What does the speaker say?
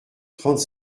trente